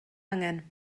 angen